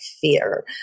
fear